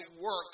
work